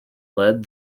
led